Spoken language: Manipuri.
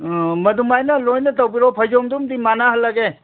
ꯑꯥ ꯃꯗꯨꯃꯥꯏꯅ ꯂꯣꯏꯅ ꯇꯧꯕꯤꯔꯛꯑꯣ ꯐꯩꯖꯣꯝꯗꯨꯃꯗꯤ ꯃꯥꯟꯅꯍꯟꯂꯒꯦ